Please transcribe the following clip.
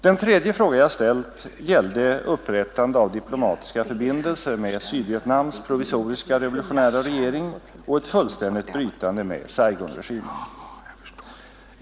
Den tredje fråga jag ställt gällde upprättande av diplomatiska förbindelser med Sydvietnams provisoriska revolutionära regering och ett fullständigt brytande med Saigonregimen.